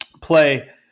play